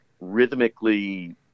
rhythmically